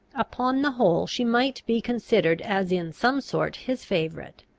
upon the whole, she might be considered as in some sort his favourite.